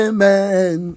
Amen